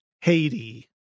Haiti